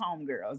homegirls